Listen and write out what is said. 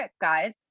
guys